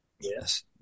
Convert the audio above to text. Yes